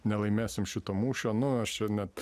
nelaimėsim šito mūšio nu aš čia net